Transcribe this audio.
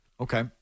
Okay